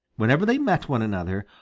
whenever they met one another,